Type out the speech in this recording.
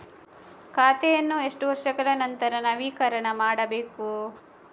ಖಾತೆಯನ್ನು ಎಷ್ಟು ವರ್ಷಗಳ ನಂತರ ನವೀಕರಣ ಮಾಡಬೇಕು?